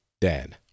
Dan